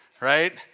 right